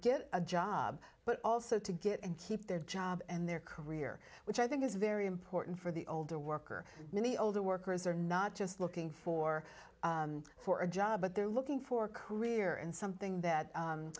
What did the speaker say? get a job but also to get and keep their job and their career which i think is very important for the older worker many older workers are not just looking for for a job but they're looking for career and something that